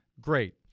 great